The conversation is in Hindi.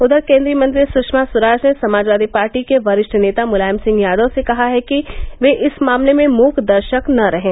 उधर केन्द्रीय मंत्री सुषमा स्वराज ने समाजवादी पार्टी के वरिष्ठ नेता मुलायम सिंह यादव से कहा है कि वे इस मामले में मूकदर्शक न रहें